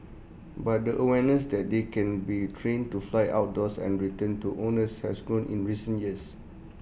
but the awareness that they can be trained to fly outdoors and return to owners has grown in recent years